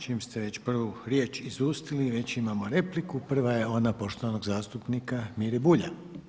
Čim ste već prvu riječ izustili, već imam repliku, prva je ona poštovanog zastupnika Mire Bulja.